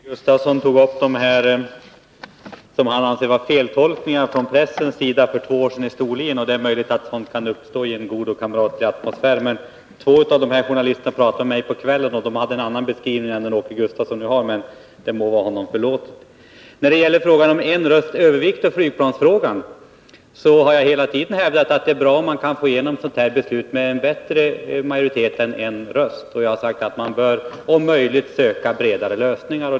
Herr talman! Åke Gustavsson tog upp vad han anser vara feltolkningar från pressens sida av vad han sade i Storlien för två år sedan. Det är möjligt att sådant kan uppstå i en god och kamratlig atmosfär. Två av de här journalisterna talade med mig på kvällen, och de hade en annan beskrivning än den Åke Gustavsson har, men det må vara honom förlåtet. När det gäller frågan om en rösts övervikt för i flygplansärendet har jag hela tiden hävdat att det är bra om man kan få igenom ett sådant beslut med en större majoritet än en röst. Jag har sagt att man bör om möjligt söka bredare lösningar.